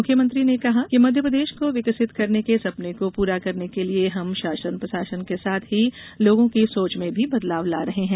मुख्यमंत्री ने कहा कि मध्यप्रदेश को विकसित बनाने के सपने को पूरा करने के लिए हम शासन प्रशासन के साथ ही लोगों की सोच में भी बदलाव ला रहे हैं